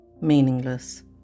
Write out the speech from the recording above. meaningless